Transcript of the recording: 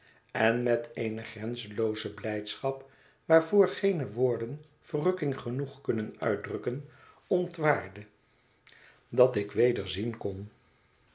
en met eene grenzelooze blijdschap waarvoor geene woorden verrukking genoeg kunnen uitdrukken ontwaarde dat ik weder zien kon